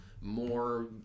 more